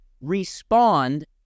respond